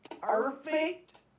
perfect